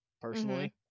personally